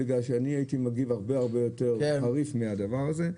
מכיוון שאני הייתי מגיב הרבה יותר חריף מהדבר הזה,